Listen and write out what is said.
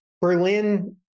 Berlin